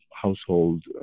Household